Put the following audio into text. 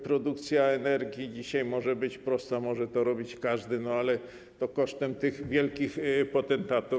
Produkcja energii dzisiaj może być prosta, może to robić każdy, ale kosztem wielkich potentatów.